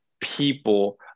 people